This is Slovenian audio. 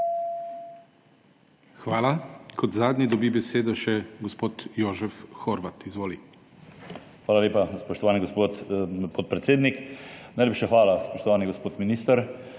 Hvala. Kot zadnji dobi besedo še gospod Jožef Horvat. Izvoli. JOŽEF HORVAT (PS NSi): Hvala lepa, spoštovani gospod podpredsednik. Najlepša hvala, spoštovani gospod minister.